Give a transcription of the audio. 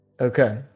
okay